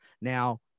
now